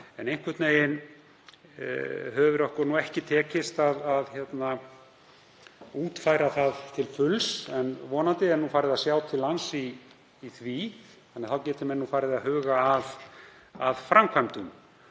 Einhvern veginn hefur okkur ekki tekist að útfæra það til fulls. En vonandi er nú farið að sjá til lands í því þannig að þá geti menn farið að huga að framkvæmdum.